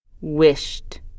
wished